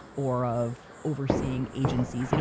or of overseeing agencies. you know